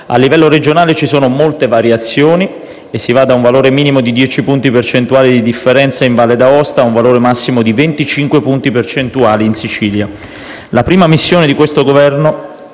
A livello regionale ci sono molte variazioni e si va da un valore minimo di 10 punti percentuali di differenza in Valle D'Aosta a un valore massimo di 25 punti percentuali in Sicilia. La prima missione di questo Governo